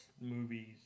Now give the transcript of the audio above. movies